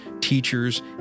teachers